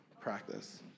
practice